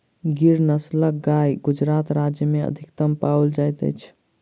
गिर नस्लक गाय गुजरात राज्य में अधिकतम पाओल जाइत अछि